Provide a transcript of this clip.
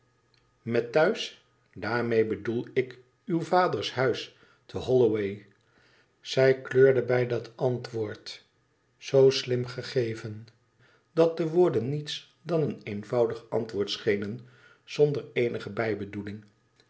met thuis i daarmee bedoel ik uw vaders huis te holloway zij kleurde bij dat antwoord zoo slim gegeven dat de woorden niets dan een eenvoudig antwoord schenen zonder eenige bijbedoeling